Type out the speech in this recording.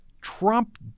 Trump